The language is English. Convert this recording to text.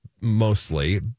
mostly